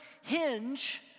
hinge